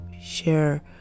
share